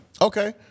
Okay